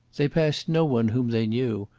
they passed no one whom they knew,